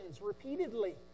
repeatedly